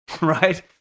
right